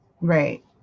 Right